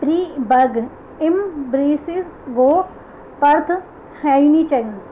ری big embraces وہ پرتھ ہائینی چنگ